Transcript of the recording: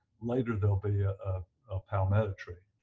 later there'll be a ah ah palmetto tree.